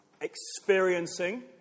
experiencing